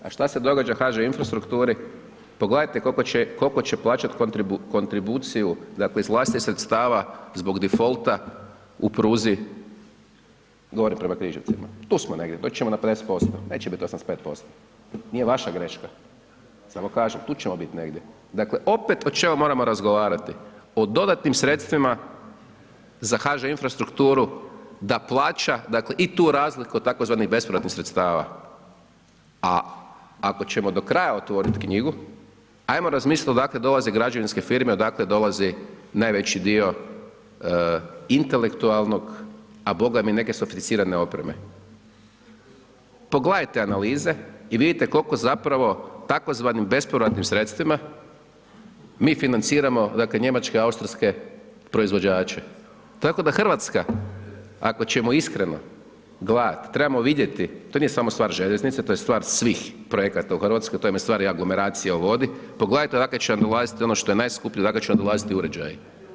A šta se događa HŽ infrastrukturi, pogledajte koliko će plaćat kontribuciju, dakle, iz vlastitih sredstava zbog difolta u pruzi, govorim prema Križevcima, tu smo negdje, doći ćemo na 50%, neće biti 85%, nije vaša greška, samo kažem, tu ćemo biti negdje, dakle, opet o čemu moramo razgovarati, o dodatnim sredstvima za HŽ infrastrukturu da plaća, dakle, i tu razliku o tzv. bespovratnih sredstava, a ako ćemo do kraja otvorit knjigu, ajmo razmislit odakle dolaze građevinske firme, odakle dolazi najveći dio intelektualnog, a Boga mi i neke sofisticirane opreme, pogledajte analize i vidite koliko zapravo tzv. bespovratnim sredstvima mi financiramo dakle Njemačke i Austrijske proizvođače, tako da Hrvatska ako ćemo iskreno gledat trebamo vidjeti to nije samo stvar željeznice to je stvar svih projekata u Hrvatskoj to je u stvari aglomeracija u vodi, pogledajte odakle će vam dolaziti ono što je najskuplje, odakle će vam dolaziti uređaji.